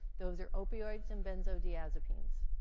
those are opioids and benzodiazepines,